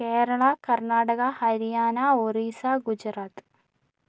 Kerala Karnataka Haryana Orissa Gujarat